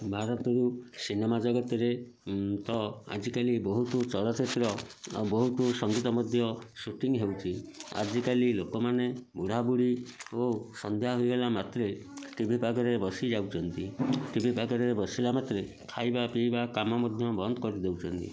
ଭାରତରୁ ସିନେମା ଜଗତରେ ତ ଆଜିକାଲି ବହୁତ ଚଳଚିତ୍ର ଆଉ ବହୁତ ସଙ୍ଗୀତ ମଧ୍ୟ ସୁଟିଂଙ୍ଗ୍ ହେଉଛି ଆଜିକାଲି ଲୋକ ମାନେ ବୁଢ଼ା ବୁଢ଼ି ଓ ସନ୍ଧ୍ୟା ହୋଇଗଲା ମାତ୍ରେ ଟିଭି ପାଖରେ ବସି ଯାଉଛନ୍ତି ଟିଭି ପାଖର ରେ ବସିଲା ମାତ୍ରେ ଖାଇବା ପିଇବା କାମ ମଧ୍ୟ ବନ୍ଦ କରିଦେଉଛନ୍ତି